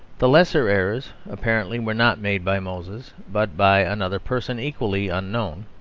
the lesser errors, apparently, were not made by moses, but by another person equally unknown.